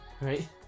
right